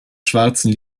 schwarzen